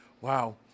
Wow